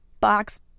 box